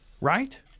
Right